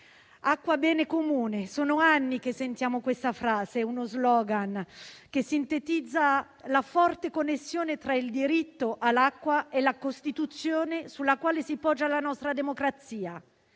"acqua bene comune": sono anni che sentiamo questa frase, uno *slogan* che sintetizza la forte connessione tra il diritto all'acqua e la Costituzione, sulla quale si poggia la nostra democrazia.